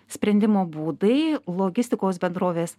sprendimo būdai logistikos bendrovės